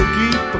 keep